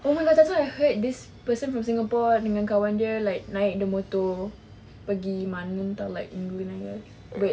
oh my god that's why I heard this person from singapore dengan kawan dia like naik the motor pergi mana entah like wait